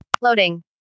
Loading